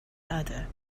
other